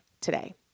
today